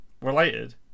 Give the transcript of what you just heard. related